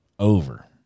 Over